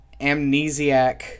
amnesiac